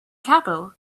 capital